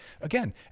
Again